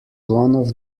one